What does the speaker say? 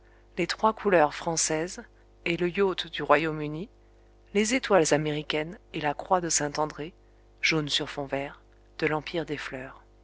les trois couleurs françaises et le yacht du royaume-uni les étoiles américaines et la croix de saint-andré jaune sur fond vert de l'empire des fleurs